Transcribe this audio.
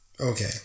Okay